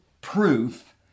proof